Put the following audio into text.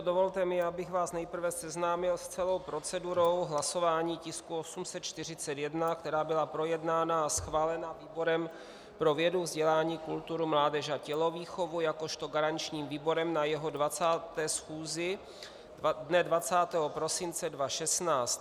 Dovolte mi, abych vás nejprve seznámil s celou procedurou hlasování tisku 841, která byla projednána a schválena výborem pro vědu, vzdělání, kulturu, mládež a tělovýchovu jakožto garančním výborem na jeho 20. schůzi dne 20. prosince 2016.